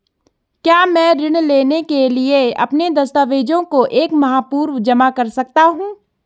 क्या मैं ऋण लेने के लिए अपने दस्तावेज़ों को एक माह पूर्व जमा कर सकता हूँ?